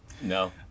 No